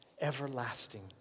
everlasting